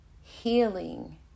healing